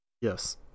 Yes